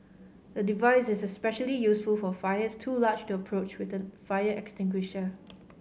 the device is especially useful for fires too large to approach with an fire extinguisher